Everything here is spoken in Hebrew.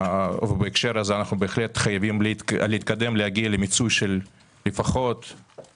למה זה ילך - לחיסכון לדירה?